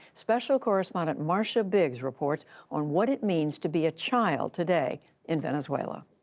special correspondent marcia biggs reports on what it means to be a child today in venezuela.